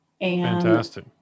Fantastic